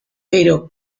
pero